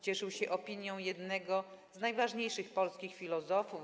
Cieszył się opinią jednego z najważniejszych polskich filozofów.